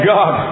God